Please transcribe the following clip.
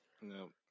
No